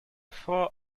four